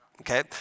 okay